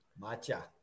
Macha